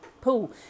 pool